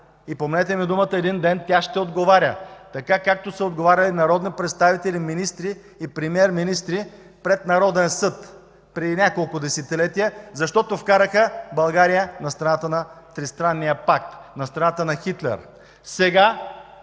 Помнете ми думата: един ден тя ще отговаря така, както са отговаряли народни представители, министри и премиер-министри пред народен съд преди няколко десетилетия, защото вкараха България на страната на Тристранния пакт, на страната на Хитлер.